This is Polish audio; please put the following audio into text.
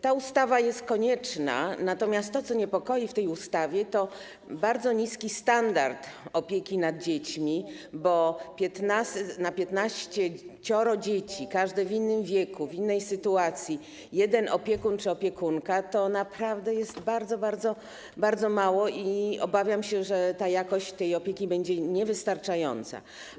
Ta ustawa jest konieczna, natomiast to, co niepokoi w tej ustawie, to bardzo niski standard opieki nad dziećmi, bo na piętnaścioro dzieci, każde w innym wieku, w innej sytuacji, jeden opiekun czy opiekunka to naprawdę jest bardzo, bardzo mało i obawiam się, że jakość tej opieki będzie niewystarczająca.